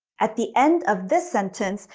at the end of the sentence,